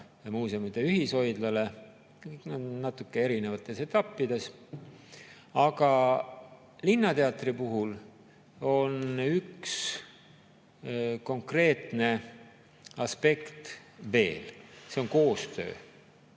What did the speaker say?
muuseumide ühishoidlale, kõik nad on natuke erinevates etappides. Aga linnateatri puhul on üks konkreetne aspekt veel. See on koostöö,